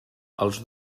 als